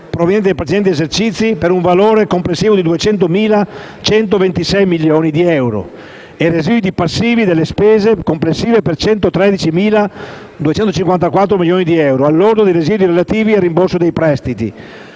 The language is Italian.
provenienti dagli esercizi 2014 e precedenti, per un valore complessivo di 209.126 milioni di euro e residui passivi delle spese complessive per 113.254 milioni di euro, al lordo dei residui relativi al rimborso di prestiti,